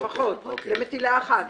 לפחות, למטילה אחת?